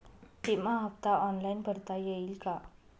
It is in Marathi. विमा हफ्ता ऑनलाईन भरता येईल का?